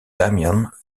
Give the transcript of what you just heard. damian